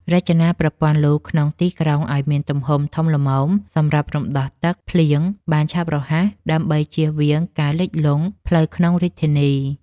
រចនាប្រព័ន្ធលូក្នុងទីក្រុងឱ្យមានទំហំធំល្មមសម្រាប់រំដោះទឹកភ្លៀងបានឆាប់រហ័សដើម្បីជៀសវាងការលិចផ្លូវក្នុងរាជធានី។